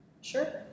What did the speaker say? Sure